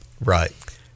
Right